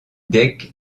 deck